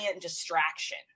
distraction